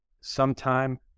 sometime